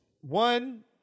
One